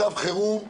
מצב חירום,